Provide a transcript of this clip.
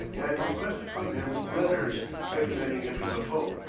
and requested from him letters recommending him to the pope,